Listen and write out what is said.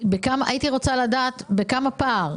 הייתי רוצה לדעת בכמה הפער.